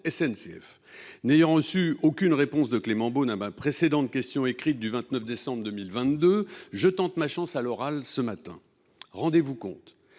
SNCF. N’ayant reçu aucune réponse de Clément Beaune à ma précédente question écrite du 29 décembre 2022, je tente ma chance à l’oral ce matin. Rendez vous compte